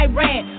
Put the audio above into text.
Iran